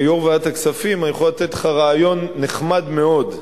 כיושב-ראש ועדת הכספים אני יכול לתת לך רעיון נחמד מאוד,